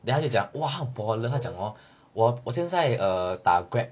then 他就讲 !wah! 他很 baller 他讲 hor 我现在 err 打 grab